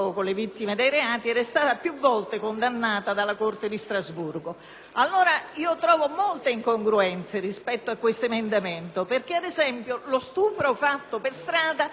Strasburgo. Trovo molte incongruenze rispetto a questo emendamento. Ad esempio, lo stupro perpetrato per strada prevede la possibilità di un gratuito patrocinio per chiunque, abbiente o non abbiente,